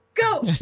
go